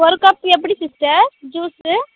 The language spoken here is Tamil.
ஒரு கப் எப்படி சிஸ்டர் ஜூஸு